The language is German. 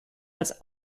als